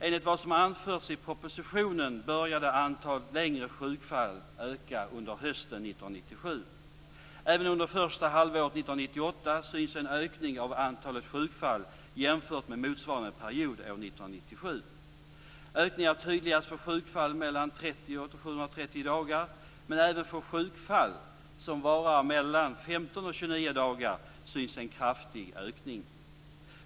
Enligt vad som anförs i propositionen började antalet längre sjukfall öka under hösten 1997. Även under det första halvåret 1998 syns en ökning av antalet sjukfall jämfört med motsvarande period år Ökningen är tydligast för sjukfall mellan 30 och 730 dagar. Men även för sjukfall som varar mellan 15 och 29 dagar syns en kraftig ökning.